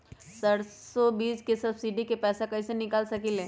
सरसों बीज के सब्सिडी के पैसा कईसे निकाल सकीले?